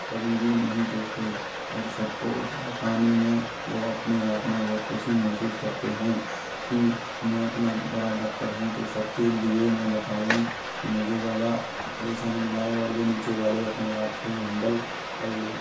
कभी भी नहीं चूकते और सबको बताने में वो अपने आप में बहुत खुशी महसूस करते हैं कि मैं इतना बड़ा डॉक्टर हूँ तो सबके लिए मैं बता दूँ कि मुझे ज़्यादा परेशानी नहीं आए और ये नीचे वाले अपने आप से हैंडल कर ले